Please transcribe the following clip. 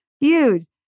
Huge